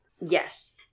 Yes